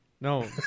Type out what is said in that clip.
No